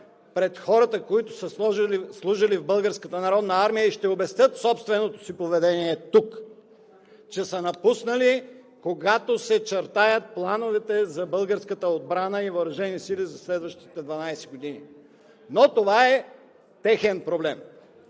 пред хората, които са служили в Българската народна армия и ще обяснят собственото си поведение тук, че са напуснали, когато се чертаят плановете за българската отбрана и въоръжени сили за следващите 12 години, но това е техен проблем.